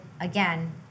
again